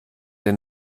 der